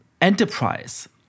enterprise